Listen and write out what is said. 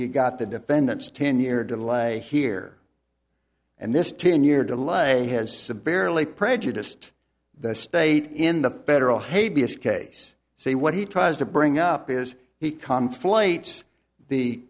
you've got the defendant's ten year delay here and this ten year delay has severely prejudiced the state in the federal hate b s case say what he tries to bring up is he calmed flights the